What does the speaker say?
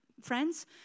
friends